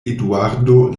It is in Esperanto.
eduardo